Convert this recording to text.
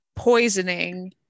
poisoning